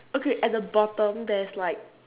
okay at the bottom there's like